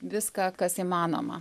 viską kas įmanoma